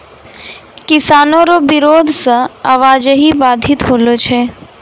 किसानो रो बिरोध से आवाजाही बाधित होलो छै